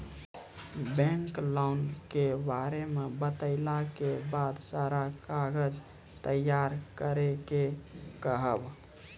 Bank loan के बारे मे बतेला के बाद सारा कागज तैयार करे के कहब?